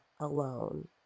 alone